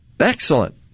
Excellent